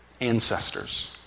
ancestors